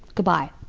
goodbye.